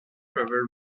travel